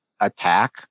attack